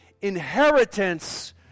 inheritance